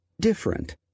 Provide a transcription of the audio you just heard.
different